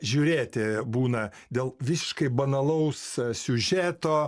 žiūrėti būna dėl visiškai banalaus siužeto